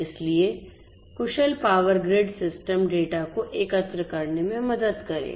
इसलिए कुशल power grid system data को एकत्र करने में मदद करेगा